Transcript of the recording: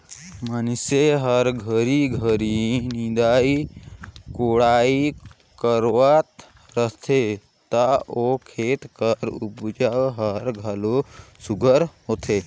मइनसे हर घरी घरी निंदई कोड़ई करवात रहथे ता ओ खेत कर उपज हर घलो सुग्घर होथे